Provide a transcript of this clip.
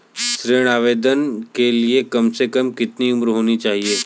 ऋण आवेदन के लिए कम से कम कितनी उम्र होनी चाहिए?